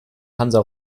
hansa